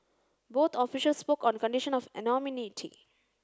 both officials spoke on condition of anonymity